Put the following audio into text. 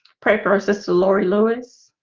pray for her sister laurie, luis.